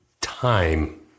time